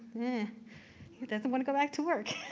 yeah doesn't wanna go back to work.